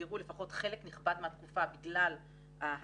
נסגרו לפחות חלק נכבד מהתקופה בגלל ההנחיות